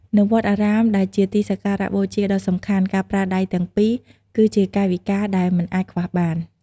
នៅវត្តអារាម ដែលជាទីសក្ការបូជាដ៏សំខាន់ ការប្រើដៃទាំងពីរ គឺជាកាយវិការដែលមិនអាចខ្វះបាន។